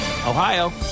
Ohio